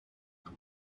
when